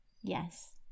yes